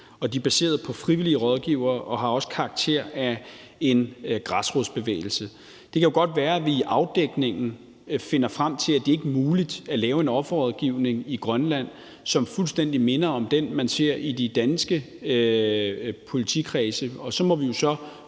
og baseret på frivillige rådgivere og også har karakter af en græsrodsbevægelse. Det kan godt være, at vi i afdækningen finder frem til, at det ikke er muligt at lave en offerrådgivning i Grønland, som fuldstændig minder om den, man ser i de danske politikredse,